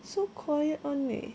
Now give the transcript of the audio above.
so quiet [one] leh